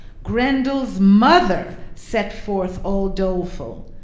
grendel's mother set forth all doleful.